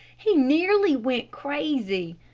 he nearly went crazy